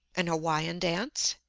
an hawaiian dance,